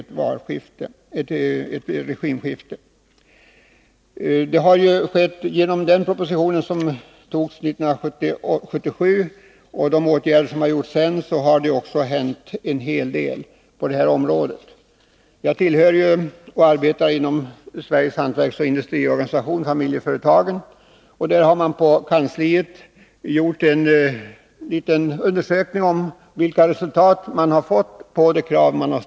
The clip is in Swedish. Men före regimskiftet var framgången ringa. I och med den proposition som antogs 1977 och de åtgärder som senare 155 vidtagits har det hänt en hel del på det här området. Jag tillhör ju och arbetar inom Sveriges hantverksoch industriorganisation-Familjeföretagen. På dess kansli har man undersökt vad de krav som ställts resulterat i.